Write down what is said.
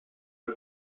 new